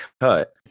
cut